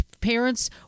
parents